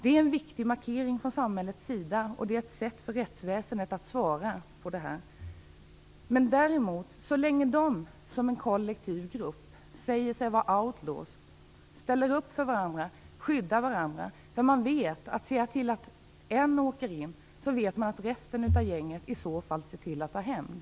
Det är en viktigt markering från samhällets sida, och det är ett sätt för rättsväsendet att svara. Men de här gängen säger sig som kollektiv grupp vara outlaws. De ställer upp för varandra och skyddar varandra. De vet att om en åker in så ser resten av gänget till att ta hämnd.